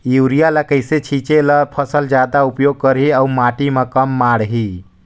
Urea ल कइसे छीचे ल फसल जादा उपयोग करही अउ माटी म कम माढ़ही?